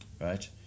right